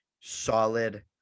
solid